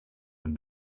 and